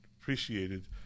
appreciated